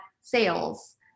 sales